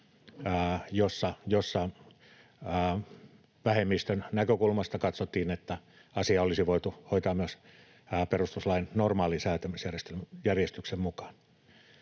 jossa vähemmistön näkökulmasta katsottiin, että asia olisi voitu hoitaa myös perustuslain normaalin säätämisjärjestyksen mukaan.